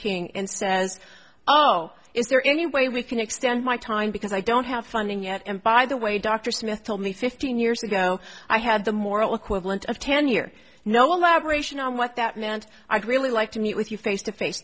king and says oh is there any way we can extend my time because i don't have funding yet and by the way dr smith told me fifteen years ago i had the moral equivalent of ten year no elaboration on what that meant i'd really like to meet with you face to face